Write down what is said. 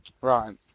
Right